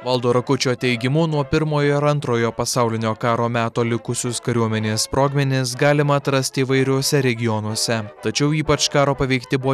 valdo rakučio teigimu nuo pirmojo ir antrojo pasaulinio karo meto likusius kariuomenės sprogmenis galima atrasti įvairiuose regionuose tačiau ypač karo paveikti buvo